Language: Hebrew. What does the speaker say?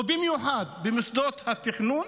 ובמיוחד במוסדות התכנון,